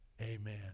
amen